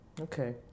Okay